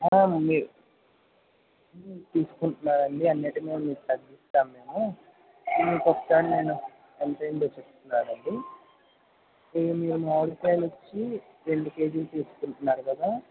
ఉంది తీసుకుంటున్నారా అండి అన్నింటి మీద మీకు తగ్గిస్తాము మేము ఒకసారి నేను ఎంత అయిందో చెప్తున్నాను అండి మీరు మామిడికాయలు వచ్చి రెండు కేజీలు తీసుకుంటున్నారు కదా